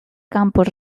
campos